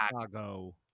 Chicago